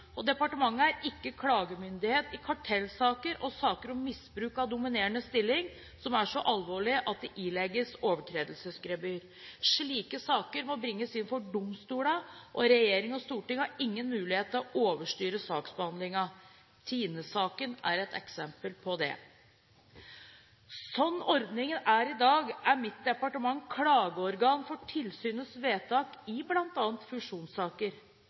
og departementet er ikke klagemyndighet i kartellsaker eller i saker om misbruk av dominerende stilling som er så alvorlige at de ilegges overtredelsesgebyr. Slike saker må bringes inn for domstolene, og regjeringen og Stortinget har ingen mulighet til å overstyre saksbehandlingen. Tine-saken er et eksempel på det. Slik ordningen er i dag, er mitt departement klageorgan for tilsynets vedtak i